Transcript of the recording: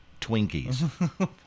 Twinkies